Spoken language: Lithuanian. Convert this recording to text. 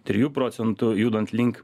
trijų procentų judant link